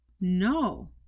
no